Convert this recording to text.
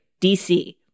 DC